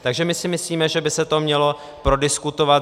Takže my si myslíme, že by se to mělo prodiskutovat.